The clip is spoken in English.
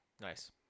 Nice